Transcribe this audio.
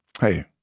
Hey